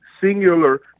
singular